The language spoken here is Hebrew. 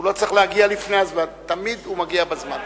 הוא לא צריך להגיע לפני הזמן, תמיד הוא מגיע בזמן.